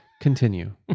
continue